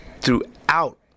throughout